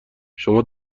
شما